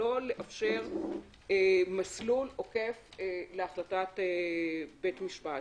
לא לאפשר מסלול עוקף להחלטת בית משפט.